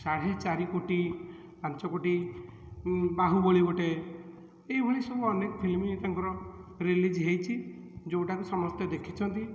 ସାଢ଼େ ଚାରିକୋଟି ପାଞ୍ଚକୋଟି ବାହୁବଳି ଗୋଟେ ଏହିଭଳି ସବୁ ଅନେକ ଫିଲ୍ମ ତାଙ୍କର ରିଲିଜ୍ ହେଇଛି ଯେଉଁଟାକୁ ସମସ୍ତେ ଦେଖିଛନ୍ତି